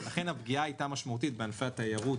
לכן הפגיעה הייתה משמעותית בענפי התיירות,